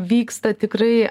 vyksta tikrai